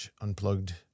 unplugged